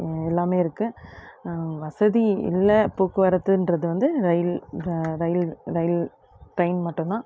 எல்லாமே இருக்குது வசதி இல்லை போக்குவரத்துங்றது வந்து ரயில் ரயில் ரயில் ட்ரெயின் மட்டும்தான்